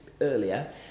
earlier